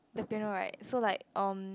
the piano right so like um